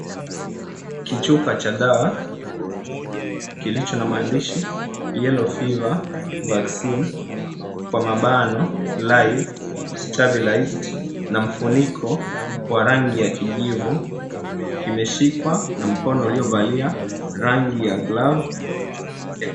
Kichupa cha dawa kilicho na maandishi, Yellow Fever Vaccine (Live) Stabilized, na mfuniko wa rangi ya kijivu, kimeshikwa na mkono uliovalia rangi ya glavu.